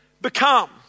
become